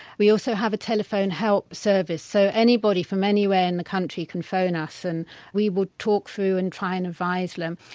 we also have a telephone help service, so anybody from anywhere in the country can phone us and we would talk through and try and advise them.